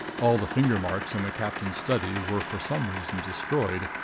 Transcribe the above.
all the finger marks in the captain's study were for some reason destroyed,